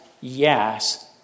yes